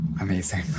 Amazing